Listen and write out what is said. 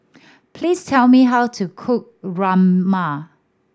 please tell me how to cook Rajma